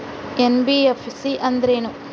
NBFC ಅಂದ್ರೇನು?